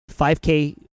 5K